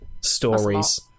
stories